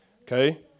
okay